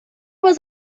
was